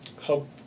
help